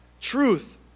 truth